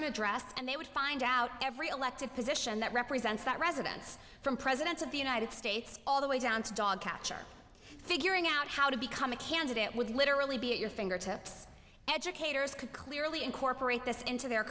an address and they would find out every elected position that represents that residence from presidents of the united states all the way down to dogcatcher figuring out how to become a candidate it would literally be at your fingertips educators could clearly incorporate this into their